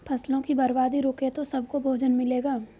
फसलों की बर्बादी रुके तो सबको भोजन मिलेगा